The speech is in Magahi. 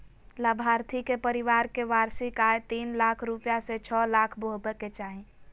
लाभार्थी के परिवार के वार्षिक आय तीन लाख रूपया से छो लाख होबय के चाही